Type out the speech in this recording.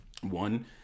one